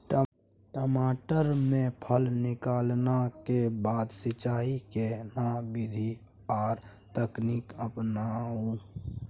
टमाटर में फल निकलला के बाद सिंचाई के केना विधी आर तकनीक अपनाऊ?